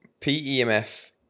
PEMF